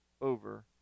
over